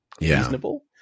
reasonable